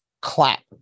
clap